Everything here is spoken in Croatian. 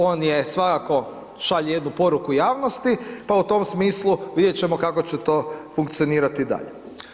On je svakako, šalje jednu poruku javnosti pa u tom smislu, vidjet ćemo kako će to funkcionirati dalje.